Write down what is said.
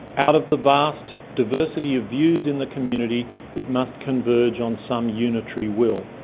out of the vast diversity of views in the community it must converge on some unitary will.